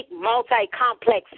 multi-complex